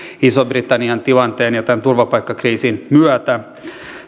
ison britannian tilanteen ja tämän turvapaikkakriisin myötä